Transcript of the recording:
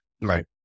Right